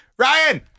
Ryan